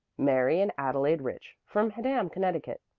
mary and adelaide rich, from haddam, connecticut.